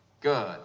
Good